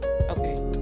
okay